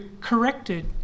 corrected